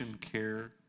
care